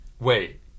Wait